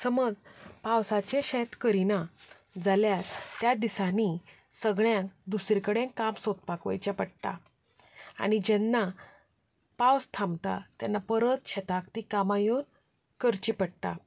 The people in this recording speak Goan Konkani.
समज पावसाचें शेत करिना जाल्यार त्या दिसांनी सगल्यांक दुसरी कडेन काम सोदपाक वयचें पडटा आनी जेन्ना पावस थामता तेन्ना परत शेतांत तीं कामां येवन करचीं पडटा